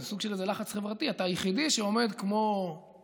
זה סוג של איזה לחץ חברתי: אתה היחידי שעומד כמו טמבל